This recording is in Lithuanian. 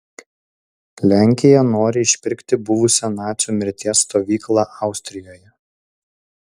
lenkija nori išpirkti buvusią nacių mirties stovyklą austrijoje